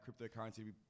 cryptocurrency